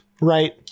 right